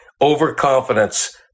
overconfidence